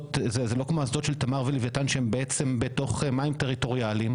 זה לא כמו האסדות של תמר ולוויתן שהן בעצם בתוך מים טריטוריאליים.